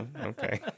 okay